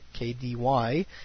KDY